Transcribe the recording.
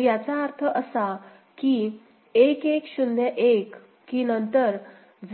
तर याचा अर्थ असा की 1 1 0 1 की नंतर